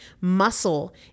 Muscle